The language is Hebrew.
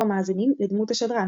שעות.